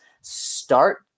start